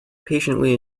patiently